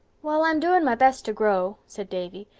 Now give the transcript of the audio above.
well, i'm doing my best to grow, said davy,